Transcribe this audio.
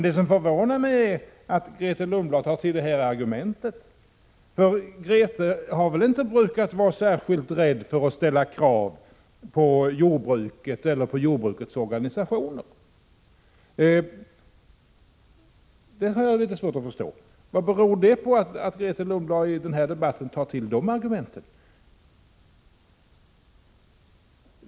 Det som förvånar mig är att Grethe Lundblad tar till detta argument. Hon har väl inte brukat vara särskilt rädd för att ställa krav på jordbruket eller jordbrukets organisationer. Jag har litet svårt att förstå detta. Vad beror det på att Grethe Lundblad i denna debatt tar till det argumentet?